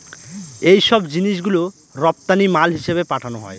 এইসব জিনিস গুলো রপ্তানি মাল হিসেবে পাঠানো হয়